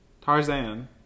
Tarzan